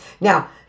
Now